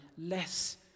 less